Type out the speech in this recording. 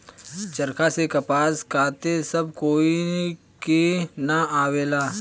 चरखा से कपास काते सब कोई के ना आवेला